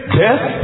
death